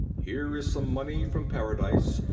here is some money from paradise,